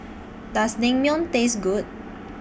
Does Naengmyeon Taste Good